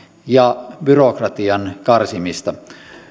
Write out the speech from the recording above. ja byrokratian karsimista